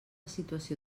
situació